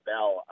Bell